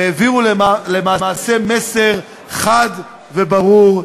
והעבירו למעשה מסר חד וברור,